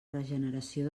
regeneració